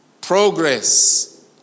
progress